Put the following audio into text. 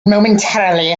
momentarily